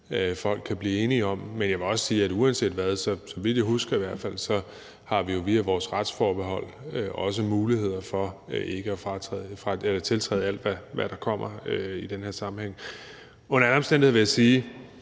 folk kan blive enige om. Men jeg vil også sige, at uanset hvad, så vidt jeg husker i hvert fald, har vi jo via vores retsforbehold også muligheder for ikke at tiltræde alt, hvad der kommer i den her sammenhæng. Under alle omstændigheder vil jeg sige,